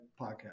podcast